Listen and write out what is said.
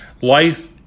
life